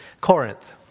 Corinth